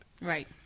Right